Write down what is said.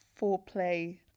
foreplay